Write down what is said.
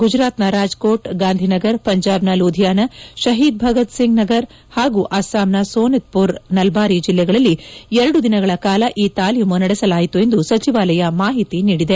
ಗುಜರಾತ್ನ ರಾಜ್ಕೋಟ್ ಗಾಂಧಿನಗರ್ ಪಂಜಾಬ್ನ ಲೂಧಿಯಾನ ಶಹೀದ್ ಭಗತ್ ಸಿಂಗ್ ನಗರ್ ಹಾಗೂ ಅಸ್ಲಾಂನ ಸೋನಿತ್ ಪುರ್ ನಲ್ಪಾರಿ ಜಿಲ್ಲೆಗಳಲ್ಲಿ ಎರಡು ದಿನಗಳ ಕಾಲ ಈ ತಾಲೀಮು ನಡೆಸಲಾಯಿತು ಎಂದು ಸಚಿವಾಲಯ ಮಾಹಿತಿ ನೀಡಿದೆ